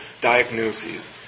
diagnoses